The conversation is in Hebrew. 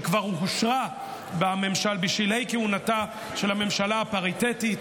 שכבר אושרה בממשלה בשלהי כהונתה של הממשלה הפריטטית,